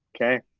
Okay